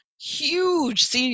huge